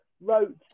wrote